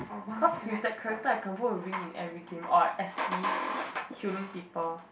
cause with that character I can walk within in any game or S_Es healing people